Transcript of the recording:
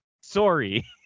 Sorry